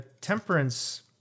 Temperance